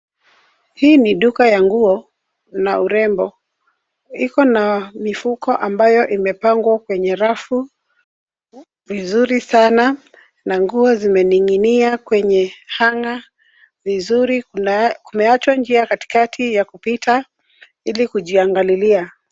Hii ni duka ya nguo na urembo, ikona mifuko ambayo imepangwa kwenye rafu vizuri sana na nguo zimening'inia kwenye hang'a vizuri na kumewachwa njia katikati ya kupita ili kujiangalilia.